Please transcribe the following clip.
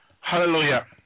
Hallelujah